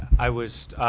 i was,